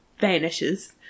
vanishes